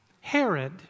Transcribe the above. Herod